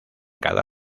cada